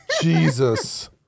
Jesus